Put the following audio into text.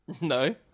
No